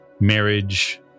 marriage